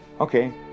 Okay